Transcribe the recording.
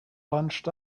bunched